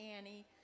Annie